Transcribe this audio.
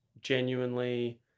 genuinely